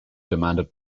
demanded